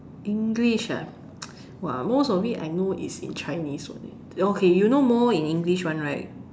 English ah !wah! most of it I know is in Chinese only okay you know more in English [one] right